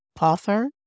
author